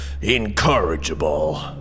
incorrigible